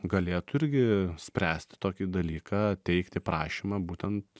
galėtų irgi spręst tokį dalyką teikti prašymą būtent